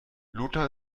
lothar